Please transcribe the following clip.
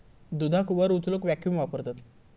दुधाक वर उचलूक वॅक्यूम वापरतत